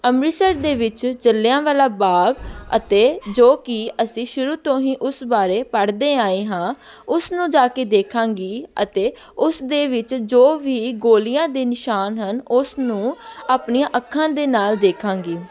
ਅੰਮ੍ਰਿਤਸਰ ਦੇ ਵਿੱਚ ਜਲਿਆਂਵਾਲਾ ਬਾਗ ਅਤੇ ਜੋ ਕਿ ਅਸੀਂ ਸ਼ੁਰੂ ਤੋਂ ਹੀ ਉਸ ਬਾਰੇ ਪੜ੍ਹਦੇ ਆਏ ਹਾਂ ਉਸ ਨੂੰ ਜਾ ਕੇ ਦੇਖਾਂਗੀ ਅਤੇ ਉਸ ਦੇ ਵਿੱਚ ਜੋ ਵੀ ਗੋਲੀਆਂ ਦੇ ਨਿਸ਼ਾਨ ਹਨ ਉਸ ਨੂੰ ਆਪਣੀਆਂ ਅੱਖਾਂ ਦੇ ਨਾਲ ਦੇਖਾਂਗੀ